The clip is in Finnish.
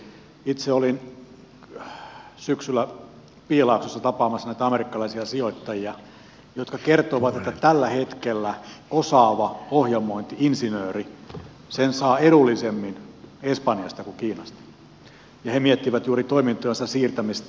itse olin syksyllä piilaaksossa tapaamassa amerikkalaisia sijoittajia jotka kertoivat että tällä hetkellä osaavan ohjelmointi insinöörin saa edullisemmin espanjasta kuin kiinasta ja he miettivät juuri toimintojensa siirtämistä aasiasta espanjaan